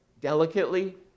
delicately